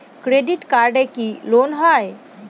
Credit কার্ডে কি loan হয়?